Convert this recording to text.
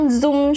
zoom